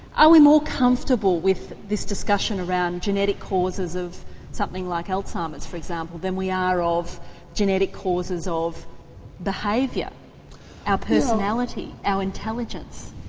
are we more comfortable with this discussion around genetic causes of something like alzheimer's, for example, than we are of genetic causes of behaviour, our personality, our intelligence?